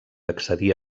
accedir